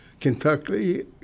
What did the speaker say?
Kentucky